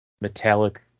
metallic